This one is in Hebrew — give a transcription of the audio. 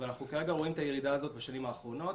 אבל אנחנו רואים את הירידה הזאת בשנים האחרונות,